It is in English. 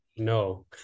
no